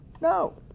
No